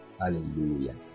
Hallelujah